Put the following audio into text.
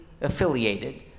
affiliated